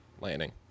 landing